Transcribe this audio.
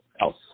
else